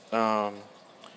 um